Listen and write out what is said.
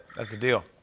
that's a deal.